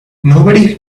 nobody